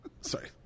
Sorry